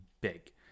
big